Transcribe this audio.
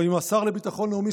או אם השר לביטחון לאומי,